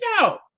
no